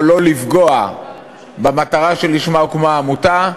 או לא לפגוע במטרה שלשמה הוקמה העמותה.